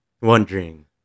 wondering